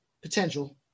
Potential